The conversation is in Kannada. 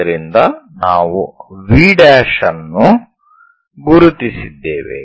ಆದ್ದರಿಂದ ನಾವು V ಅನ್ನು ಗುರುತಿಸಿದ್ದೇವೆ